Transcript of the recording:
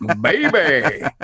baby